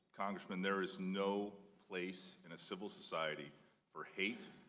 congressman there is no place in a civil society for hate,